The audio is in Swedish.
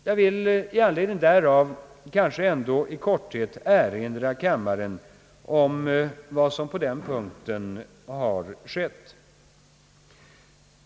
Jag vill i anledning därav i korthet erinra kammaren om vad som har skett på den punkten.